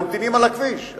ממתינים על הכביש,